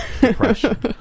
depression